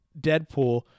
Deadpool